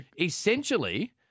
essentially